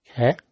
Okay